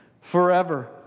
forever